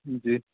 जी